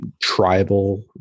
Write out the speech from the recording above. tribal